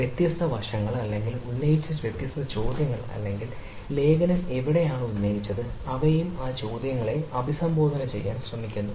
വ്യത്യസ്ത വശങ്ങൾ അല്ലെങ്കിൽ ഉന്നയിച്ച വ്യത്യസ്ത ചോദ്യങ്ങൾ അല്ലെങ്കിൽ ലേഖനം എവിടെയാണ് ഉന്നയിച്ചത് അവയെയും ആ ചോദ്യങ്ങളെയും അഭിസംബോധന ചെയ്യാൻ ശ്രമിക്കുന്നു